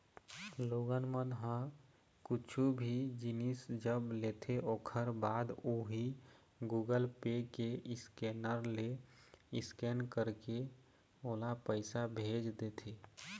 लोगन मन ह कुछु भी जिनिस जब लेथे ओखर बाद उही गुगल पे के स्केनर ले स्केन करके ओला पइसा भेज देथे